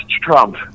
Trump